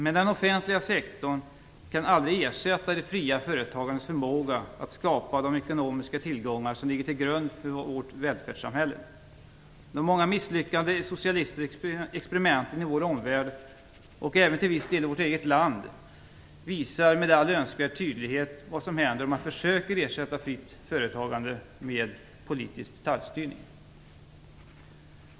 Men den offentliga sektorn kan aldrig ersätta det fria företagandets förmåga att skapa de ekonomiska tillgångar som ligger till grund för vårt välfärdssamhälle. De många misslyckade socialistiska experimenten i vår omvärld, och även till viss del i vårt eget land, visar med all önskvärd tydlighet vad som händer om man försöker ersätta fritt företagande med politisk statsstyrning.